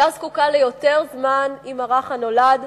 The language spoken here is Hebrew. האשה זקוקה ליותר זמן עם הרך הנולד,